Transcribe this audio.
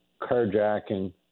carjacking